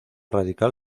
radical